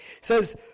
says